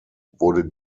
wurde